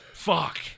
Fuck